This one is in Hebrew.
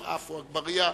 עפו אגבאריה,